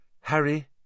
Harry